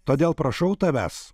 todėl prašau tavęs